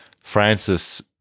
Francis